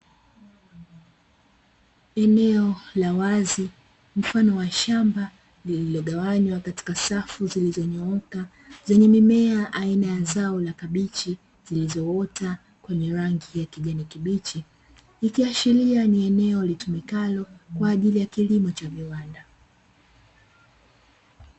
Eneo la wazi mfano wa shamba lililogawanywa katika safu zilizonyooka zenye mimea aina ya zao la kabichi, zilizoota kwenye rangi ya kijani kibichi, ikiashiria ni eneo litumikalo kwa ajili ya kilimo cha viwanda.